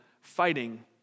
fighting